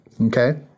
Okay